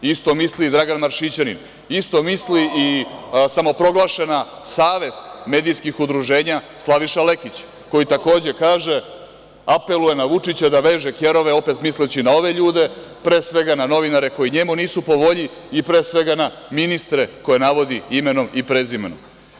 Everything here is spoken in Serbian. Isto misli i Dragan Maršićanin, isto misli i samoproglašena savest medijskih udruženja Slaviša Lekić koji takođe kaže, apeluje na Vučića da veže kerove, opet misleći na ove ljude, pre svega na novinare koji njemu nisu po volji i pre svega na ministre koje navodi imenom i prezimenom.